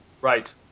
Right